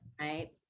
right